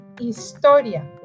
historia